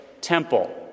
temple